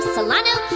Solano